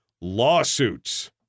lawsuits